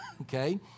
okay